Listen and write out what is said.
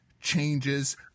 changes